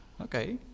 okay